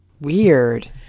Weird